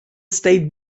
state